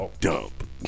dump